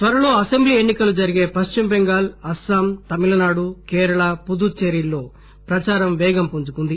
త్వరలో అసెంబ్లీ ఎన్ని కలు జరిగే పశ్చిమటెంగాల్ అస్పాం తమిళనాడు కేరళ పుదుచ్చేరి లలో ప్రచారం పేగం పుంజుకుంది